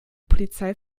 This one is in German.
polizei